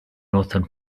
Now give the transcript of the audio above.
northern